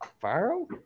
Faro